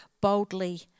boldly